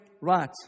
right